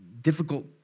difficult